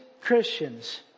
Christians